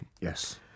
Yes